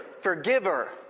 forgiver